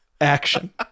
action